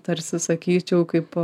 tarsi sakyčiau kaip